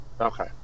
Okay